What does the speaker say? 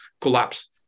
collapse